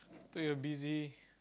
thought you're busy